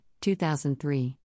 2003